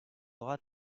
aura